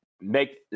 make